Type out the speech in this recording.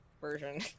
version